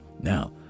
now